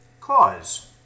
cause